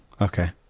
Okay